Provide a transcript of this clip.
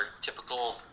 typical